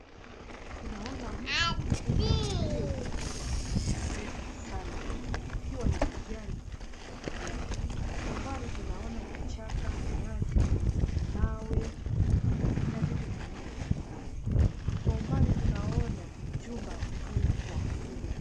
Tunaona mti mkubwa uliokuwa mrefu sana ukiwa na majani ya kijani. Kwa umbali tunaona kichaka, nyasi, mawe, na vitu vingine kadhaa. Kwa umbali tunaona jumba kubwa lililojengwa.